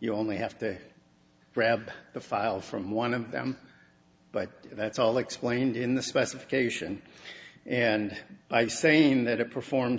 you only have to grab the file from one of them but that's all explained in the specification and i saying that it perform